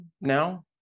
now